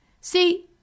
See